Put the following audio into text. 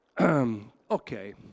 Okay